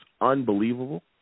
unbelievable